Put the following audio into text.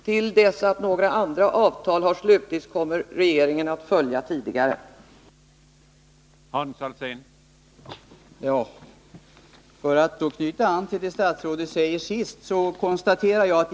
Till dess några andra avtal har slutits kommer regeringen att följa tidigare ingångna.